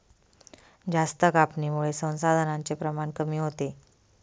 जास्त कापणीमुळे संसाधनांचे प्रमाण कमी होते